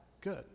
Good